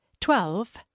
Twelve